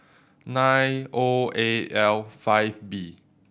nine O A L five B